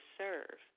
serve